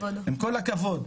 עם כל הכבוד.